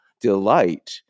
delight